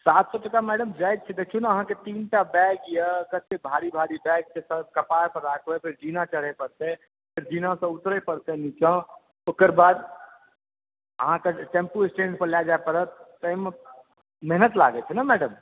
सात सए टका मैडम जायज छै देखियौ ने अहाँके तीनटा बैग यऽ कत्ते भारी भारी बैग छै कपार पर राखबै फेर जीना चढ़ऽ परतै फेर जीनासँ ऊतरै परतै नीचाँ ओकरबाद अहाँके टेम्पू स्टैण्ड पर लए जाय परत ताहिमे मेहनत लागै छै ने मैडम